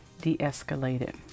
de-escalated